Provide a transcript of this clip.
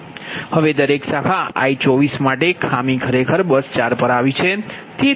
હવે દરેક શાખા I24 માટે ખામી ખરેખર બસ 4 પર આવી છે